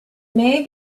may